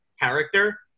character